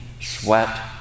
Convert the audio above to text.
sweat